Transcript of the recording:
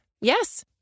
Yes